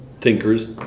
thinkers